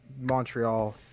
Montreal